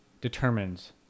determines